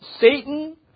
Satan